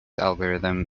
algorithm